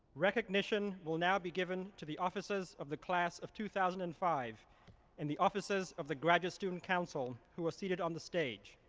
recognition will now be given to the offices of the class of two thousand and five and the offices of the graduate student council who are seated on the stage.